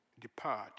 depart